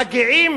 מגיעים